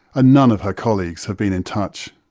ah none of her colleagues have been in touch.